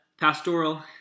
Pastoral